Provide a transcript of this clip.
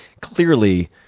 clearly